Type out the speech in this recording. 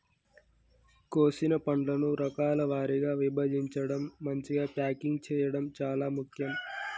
కోసిన పంటను రకాల వారీగా విభజించడం, మంచిగ ప్యాకింగ్ చేయడం చాలా ముఖ్యం